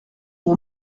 mon